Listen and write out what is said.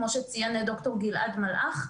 כפי שציין ד"ר גלעד מלאך.